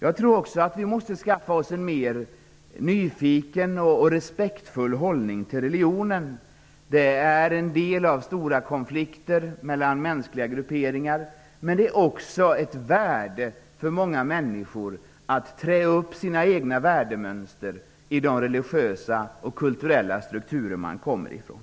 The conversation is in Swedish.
Jag tror också att vi måste skaffa oss en mer nyfiken och respektfull hållning till religionen. Den är en del av stora konflikter mellan mänskliga grupperingar. Men det är också av värde för många människor att kunna trä upp sina egna värdemönster i de religiösa och kulturella strukturer de kommer ifrån.